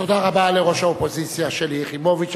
תודה רבה לראש האופוזיציה שלי יחימוביץ.